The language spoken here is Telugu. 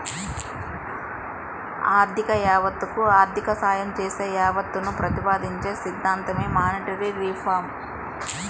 ఆర్థిక యావత్తకు ఆర్థిక సాయం చేసే యావత్తును ప్రతిపాదించే సిద్ధాంతమే మానిటరీ రిఫార్మ్